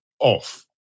off